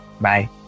Bye